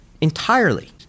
entirely